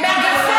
חברת